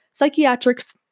Psychiatrics